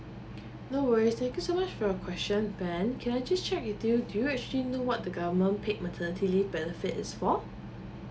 no worries thank you so much for your question ben can I just check with you do you actually know what the government paid maternity leave benefit is for